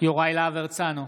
יוראי להב הרצנו,